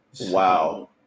Wow